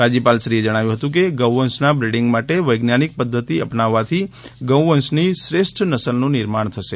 રાજ્યપાલ શ્રી એ જણાવ્યું હતું કે ગૌ વંશના બ્રિડિંગ માટે વૈજ્ઞાનિક પ્રદ્ધતિ અપનાવવાથી ગૌ વંશની શ્રેષ્ઠ નસલનું નિર્માણ થશે